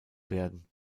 werden